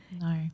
no